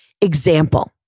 example